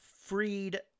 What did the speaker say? Freed